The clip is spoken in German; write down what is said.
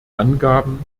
angaben